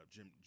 Jim